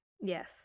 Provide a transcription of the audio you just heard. Yes